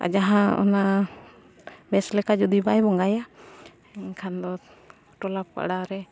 ᱟᱨ ᱡᱟᱦᱟᱸ ᱚᱱᱟ ᱵᱮᱥ ᱞᱮᱠᱟ ᱡᱩᱫᱤ ᱵᱟᱭ ᱵᱚᱸᱜᱟᱭᱟ ᱮᱱᱠᱷᱟᱱ ᱫᱚ ᱴᱚᱞᱟ ᱯᱟᱲᱟᱨᱮ